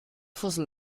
fussel